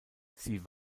sie